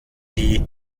die